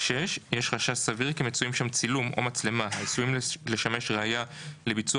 (6)יש חשד סביר כי מצויים שם צילום או מצלמה העשויים לשמש ראיה לביצוע